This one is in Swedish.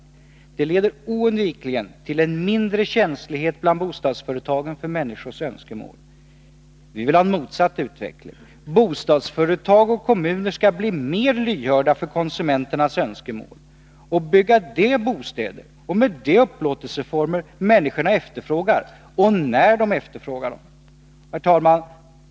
17 december 1982 Det leder oundvikligen till en mindre känslighet bland bostadsföretagen för människors önskemål. Vi vill ha en motsatt utveckling. Bostadsföretag och kommuner skall bli mer lyhörda för konsumenternas önskemål och bygga bostäder med de upplåtelseformer som människorna efterfrågar, och när de efterfrågar dem. Herr talman!